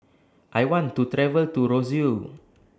I want to travel to Roseau